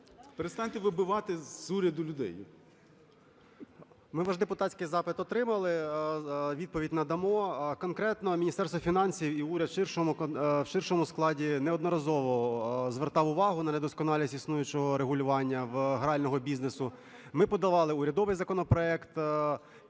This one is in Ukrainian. Перестаньте вибивати з уряду людей. 11:13:18 ДЖИГИР Ю.А. Ми ваш депутатський запит отримали. Відповідь надамо. Конкретно Міністерство фінансів і уряд в ширшому складі неодноразово звертав увагу на недосконалість існуючого регулювання в грального бізнесу. Ми подавали урядовий законопроект,